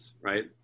right